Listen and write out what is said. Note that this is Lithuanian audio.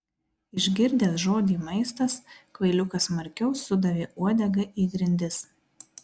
išgirdęs žodį maistas kvailiukas smarkiau sudavė uodega į grindis